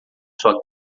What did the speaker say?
sua